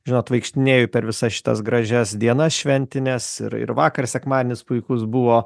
žinot vaikštinėju per visas šitas gražias dienas šventines ir ir vakar sekmadienis puikus buvo